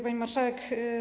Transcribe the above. Pani Marszałek!